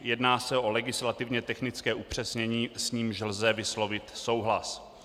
Jedná se o legislativně technické upřesnění, s nímž lze vyslovit souhlas.